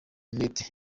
net